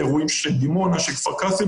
בני, מה אתה מבקש?